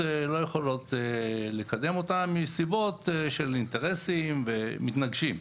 לא יכולות לקדם אותם מסיבות של אינטרסים מתנגשים,